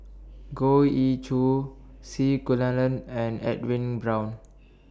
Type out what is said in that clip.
Goh Ee Choo C Kunalan and Edwin Brown